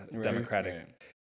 democratic